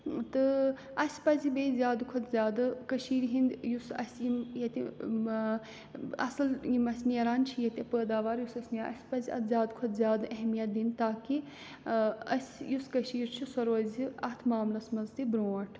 تہٕ اَسہِ پَزِ بیٚیہِ زیادٕ کھۄتہٕ زیادٕ کٔشیٖرِ ہِنٛدۍ یُس اَسہِ یِم ییٚتہِ اَصٕل یِم اَسہِ نیران چھِ ییٚتہِ پٲداوار یُس اَسہِ نیران اَسہِ پَزِ اَتھ زیادٕ کھۄتہٕ زیادٕ اہمیِت دِنۍ تاکہِ اَسہِ یُس کٔشیٖر چھُ سۄ روزِ اَتھ معاملَس منٛز تہِ برٛونٛٹھ